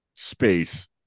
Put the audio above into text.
Space